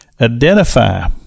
identify